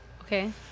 Okay